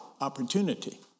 opportunity